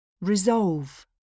Resolve